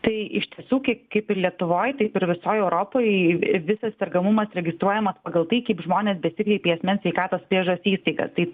tai iš tiesų kaip kaip ir lietuvoj taip ir visoj europoj visas sergamumas registruojamas pagal tai kaip žmonės besikreipė į asmens sveikatos priežiūros įstaigas tai